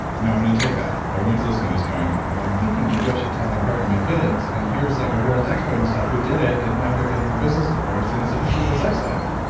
now, i'm going to take that. everyone's listening to this going, oh, i'm thinking maybe i should tell my partner my feelings and here's like a world expert on the stuff who did it and now they're getting a business divorce and it's affected their sex life.